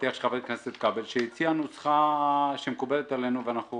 לפתיח של חבר הכנסת כבל שהציע נוסחה שמקובלת עלינו ואנחנו